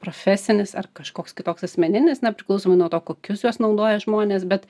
profesinis ar kažkoks kitoks asmeninis na priklausomai nuo to kokius juos naudoja žmonės bet